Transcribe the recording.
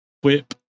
whip